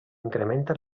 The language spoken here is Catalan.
incrementa